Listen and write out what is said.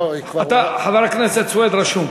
חבר הכנסת סוייד רשום.